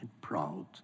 proud